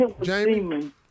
Jamie